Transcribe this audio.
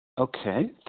Okay